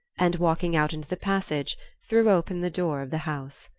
and walking out into the passage threw open the door of the house.